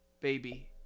Baby